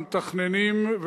המתכננים,